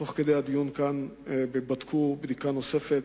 תוך כדי הדיון כאן בדקו בדיקה נוספת.